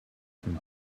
from